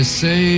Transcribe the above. say